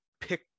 pick